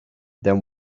then